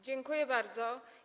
Dziękuję bardzo.